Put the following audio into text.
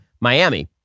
Miami